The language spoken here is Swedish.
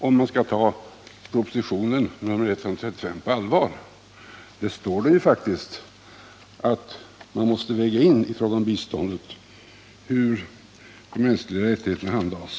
Om man skall ta propositionen 135 på allvar, så står det faktiskt där att man i fråga om biståndet måste väga in hur de mänskliga rättigheterna behandlas.